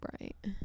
Right